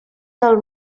del